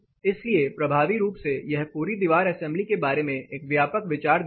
इसलिए प्रभावी रूप से यह पूरी दीवार असेंबली के बारे में एक व्यापक विचार देता है